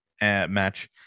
match